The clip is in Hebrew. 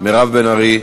מירב בן ארי,